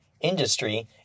Industry